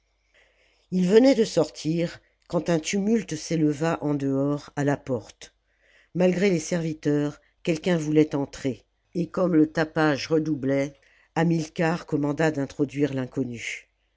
ils venaient de sortir quand un tumulte s'éleva en dehors à la porte malgré les serviteurs quelqu'un voulait entrer et comme le tapage redoublait hamilcar commanda d'introduire l'inconnu